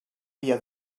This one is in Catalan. dia